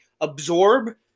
absorb